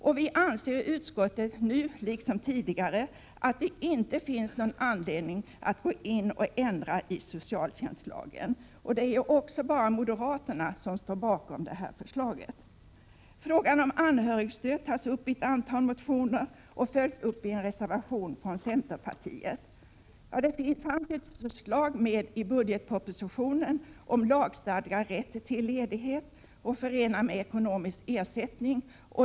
Utskottet anser, nu liksom tidigare, att det inte finns någon anledning att gå in och ändra i socialtjänstlagen. Det är också endast moderaterna som står bakom det förslaget. Frågan om anhörigstöd tas upp i ett antal motioner och följs upp i en reservation från centerpartiet. Det finns ett förslag i budgetpropositionen om en lagstadgad rätt till ledighet, förenad med rätt till ekonomisk ersättning.